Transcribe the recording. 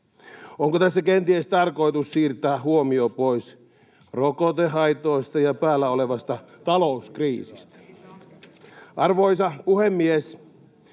Onko tässä kenties tarkoitus siirtää huomio pois rokotehaitoista ja päällä olevasta talouskriisistä?